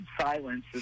silence